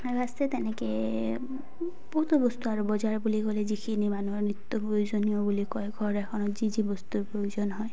আৰু আছে তেনেকৈ বহুতো বস্তু আৰু বজাৰ বুলি ক'লে যিখিনি মানুহৰ নৃত্য প্ৰয়োজনীয় বুলি কয় ঘৰ এখনত যি যি বস্তুৰ প্ৰয়োজন হয়